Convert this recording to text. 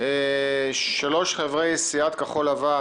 שלושה חברי סיעת כחול-לבן: